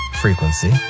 frequency